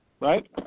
right